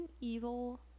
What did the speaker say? evil